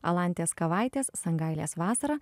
alantės kavaitės sangailės vasara